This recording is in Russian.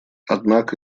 однако